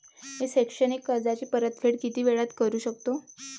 मी शैक्षणिक कर्जाची परतफेड किती वेळात करू शकतो